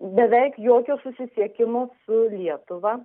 beveik jokio susisiekimo su lietuva